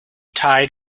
tied